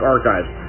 Archives